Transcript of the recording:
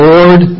Lord